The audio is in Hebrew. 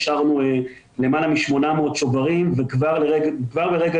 אישרנו למעלה מ-800 שוברים וכבר ברגע